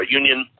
union